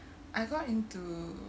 I got into